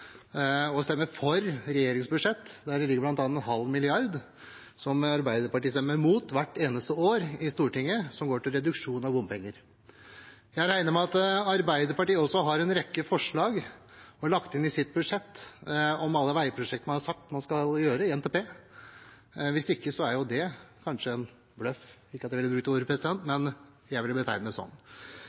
for regjeringens budsjett, der det ligger bl.a. en halv milliard – som Arbeiderpartiet stemmer mot hvert eneste år i Stortinget – som går til reduksjon av bompenger. Jeg regner med at Arbeiderpartiet også har en rekke forslag lagt inn i sitt budsjett om alle veiprosjektene man har sagt man skal ha i NTP. Hvis ikke er det kanskje en bløff – ikke at jeg ville brukt det ordet, president, men jeg ville betegne det sånn.